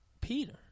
Peter